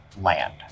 land